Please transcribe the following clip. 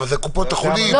אבל זה קופות חולים, שחייבות.